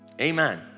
amen